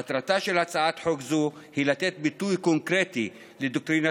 מטרתה של הצעת חוק זו היא לתת ביטוי קונקרטי לדוקטרינת